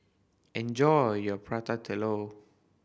enjoy your Prata Telur